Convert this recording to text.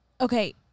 Okay